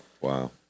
Wow